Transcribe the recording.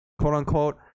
quote-unquote